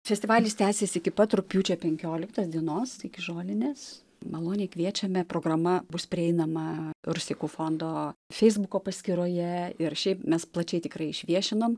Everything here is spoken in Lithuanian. festivalis tęsis iki pat rugpjūčio penkioliktos dienos iki žolinės maloniai kviečiame programa bus prieinama rusteikų fondo feisbuko paskyroje ir šiaip mes plačiai tikrai išviešinom